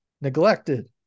neglected